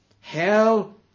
Hell